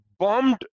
bombed